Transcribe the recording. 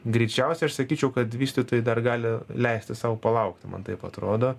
greičiausia aš sakyčiau kad vystytojai dar gali leisti sau palaukt man taip atrodo